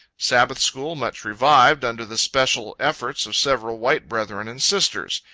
sabbath school much revived, under the special efforts of several white brethren and sisters.